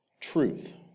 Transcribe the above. truth